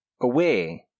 away